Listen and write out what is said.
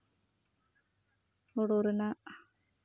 ᱦᱳᱲᱳ ᱨᱮᱱᱟᱜ